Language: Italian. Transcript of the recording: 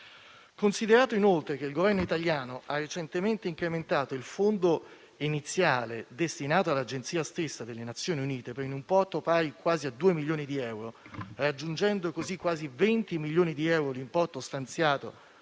considerato, inoltre, che il Governo italiano ha recentemente incrementato il Fondo iniziale destinato all'Agenzia stessa delle Nazioni Unite per un importo pari a due milioni di euro, raggiungendo così l'importo stanziato